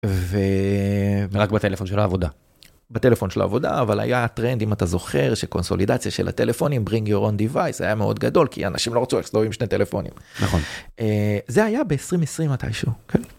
ורק בטלפון של העבודה. בטלפון של העבודה אבל היה טרנד אם אתה זוכר שקונסולידציה של הטלפון עם ברינג יור און דיווייס היה מאוד גדול כי אנשים לא רצו לחזור עם שני טלפונים. נכון, זה היה ב-2020 מתישהו.